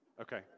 okay